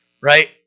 right